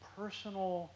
personal